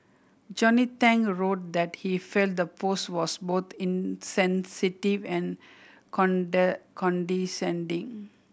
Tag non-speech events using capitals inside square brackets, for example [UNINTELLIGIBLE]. Johnny Tang wrote that he felt the post was both insensitive and [UNINTELLIGIBLE] condescending